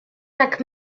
tak